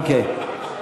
אוקיי,